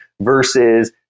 versus